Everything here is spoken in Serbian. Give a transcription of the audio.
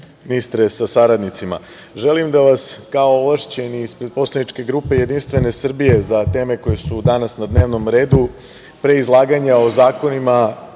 ministre, sa saradnicima, želim da vas, kao ovlašćeni, ispred poslaničke grupe JS, za teme koje su danas na dnevnom redu, pre izlaganja o zakonima,